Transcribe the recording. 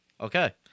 Okay